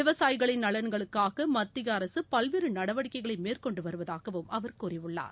விவசாயிகளின் நலன்களுக்காகமத்தியஅரசுபல்வேறுநடவடிக்கைகளைமேற்கொண்டுவருவதாகவும் அவர் கூறியுள்ளார்